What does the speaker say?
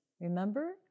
Remember